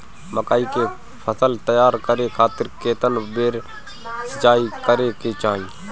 मकई के फसल तैयार करे खातीर केतना बेर सिचाई करे के चाही?